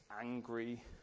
angry